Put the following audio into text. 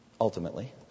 ultimately